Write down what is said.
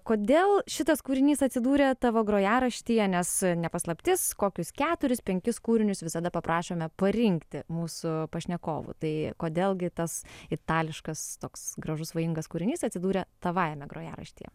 kodėl šitas kūrinys atsidūrė tavo grojaraštyje nes ne paslaptis kokius keturis penkis kūrinius visada paprašome parinkti mūsų pašnekovų tai kodėl gi tas itališkas toks gražus svajingas kūrinys atsidūrė tavajame grojaraštyje